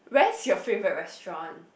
where's your favourite restaurant